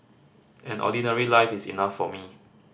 an ordinary life is enough for me